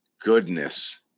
goodness